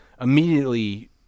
immediately